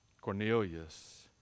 Cornelius